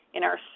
in our so